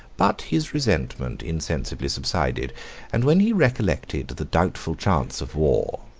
but his resentment insensibly subsided and when he recollected the doubtful chance of war,